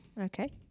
Okay